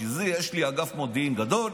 בשביל זה יש לי אגף מודיעין גדול.